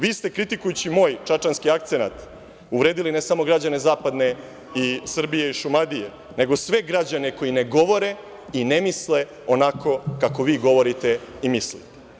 Vi ste, kritikujući moj čačanski akcenat, uvredili ne samo građane zapadne Srbije i Šumadije, nego sve građane koji ne govore i ne misle onako kako vi govorite i mislite.